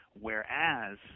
whereas